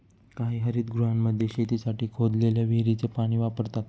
काही हरितगृहांमध्ये शेतीसाठी खोदलेल्या विहिरीचे पाणी वापरतात